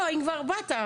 לא, אם כבר באת.